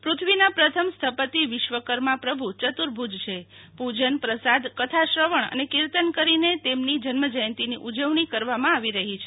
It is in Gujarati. પૃ થ્વીના પ્રથમ સ્થપતિ વિશ્વકર્મા પ્રભુ યતુ ર્ભુજ છે પુ જન પ્રસાંદકથાશ્રવણ અને કીર્તન કરીને તેમની જન્મ જયંતીની ઉજવણી કરવામાં આવી રહી છે